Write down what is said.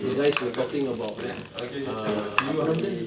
the guys were talking about ah apa nama dia